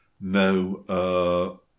No